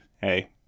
hey